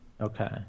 Okay